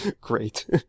Great